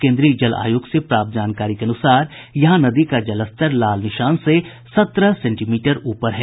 केन्द्रीय जल आयोग से प्राप्त जानकारी के अनुसार यहां नदी का जलस्तर लाल निशान से सत्रह सेंटीमीटर ऊपर है